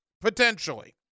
potentially